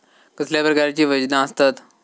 कसल्या प्रकारची वजना आसतत?